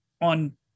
on